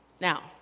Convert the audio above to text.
Now